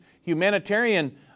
humanitarian